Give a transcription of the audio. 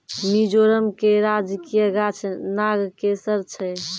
मिजोरम के राजकीय गाछ नागकेशर छै